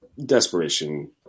Desperation